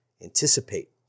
anticipate